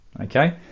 Okay